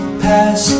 pass